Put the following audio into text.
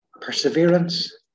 perseverance